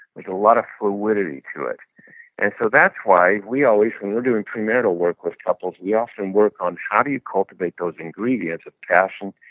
like a lot of fluidity to it and so that's why we always, when we're doing premarital work with couples, we often work on how do you cultivate those ingredients with passion,